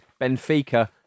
Benfica